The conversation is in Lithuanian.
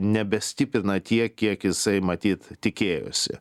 nebestiprina tiek kiek jisai matyt tikėjosi